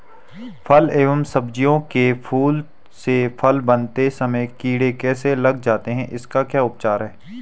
फ़ल व सब्जियों के फूल से फल बनते समय कीड़े कैसे लग जाते हैं इसका क्या उपचार है?